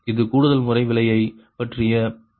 இது கூடுதல்முறை விலையைப் பற்றிய சில யோசனைகள் ஆகும்